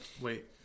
Wait